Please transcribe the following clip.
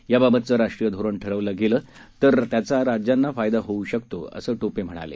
याबाबतचं राष्ट्रीय धोरण ठरवलं गेलं तर त्याचा राज्यांना फायदा होऊ शकेल असं टोपे म्हणाले